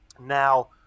Now